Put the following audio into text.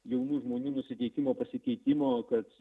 jaunų žmonių nusiteikimo pasikeitimo kad